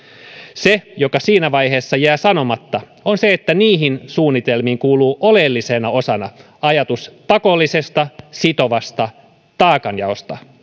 se mikä siinä vaiheessa jää sanomatta on se että niihin suunnitelmiin kuuluu oleellisena osana ajatus pakollisesta sitovasta taakanjaosta